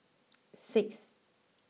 six